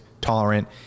tolerant